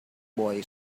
boy